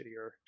shittier